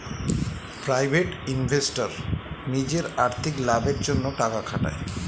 private investor নিজের আর্থিক লাভের জন্যে টাকা খাটায়